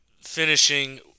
finishing